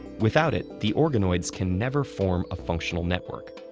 without it, the organoids can never form a functional network.